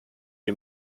die